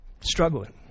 Struggling